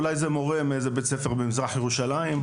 אולי זה מורה מאיזה בית ספר במזרח ירושלים,